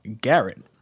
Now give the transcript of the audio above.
Garrett